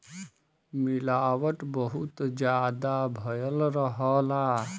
मिलावट बहुत जादा भयल रहला